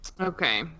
Okay